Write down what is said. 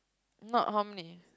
not how many